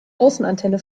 außenantenne